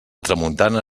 tramuntana